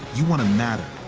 you want to matter.